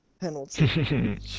penalty